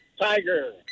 Tiger